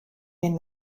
den